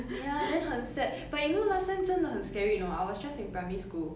ya then 很 sad but you know last time 真的很 scary you know I was just in primary school